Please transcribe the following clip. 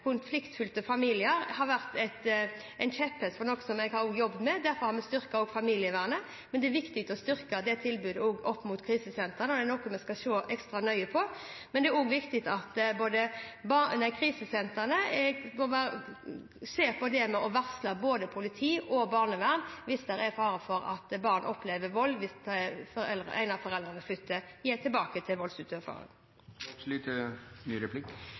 konfliktfylte familier. Derfor har vi også styrket familievernet. Det er viktig å styrke krisesentertilbudet, det er noe vi skal se ekstra nøye på. Det er også viktig at krisesentrene ser på det med å varsle politi og barnevern hvis det er fare for at barn opplever vold hvis en av foreldrene flytter tilbake til en voldsutøver. Eg er veldig glad for det svaret – veldig glad for det svaret som barneministeren no gjev. Det understrekar det eg håpa, at me i alle fall er einige om at barn som er vitne til